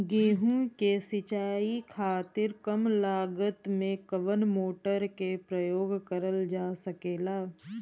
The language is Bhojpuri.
गेहूँ के सिचाई खातीर कम लागत मे कवन मोटर के प्रयोग करल जा सकेला?